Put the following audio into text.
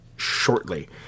Shortly